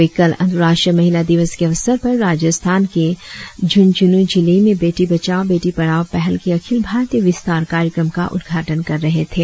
वे अंतराष्ट्रीय महिला दिवस के अवसर पर राजस्थान के झुंझुनू जिले में बेटी बचाओ बेटी पढाओ पहल के अखिल भारतीय विस्तार कार्यक्रम का उद्घाटन कर रहे थे